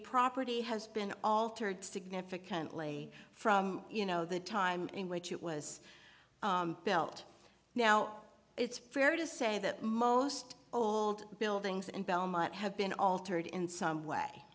property has been altered significantly from you know the time in which it was built now it's fair to say that most old buildings in belmont have been altered in some way